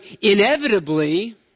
inevitably